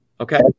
okay